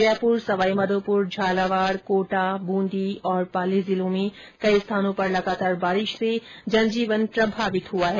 जयपूर सवाईमाघोपूर ज्ञालावाड कोटा बूंदी और पाली जिलों में कई स्थानों पर लगातार बारिश से जनजीवन प्रभावित हुआ है